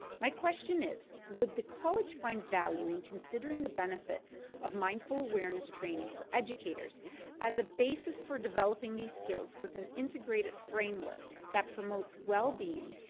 my question is, would the college find value in considering the benefits of mindfulness awareness training for educators as a basis for developing these skills with an integrated framework that promotes well-being,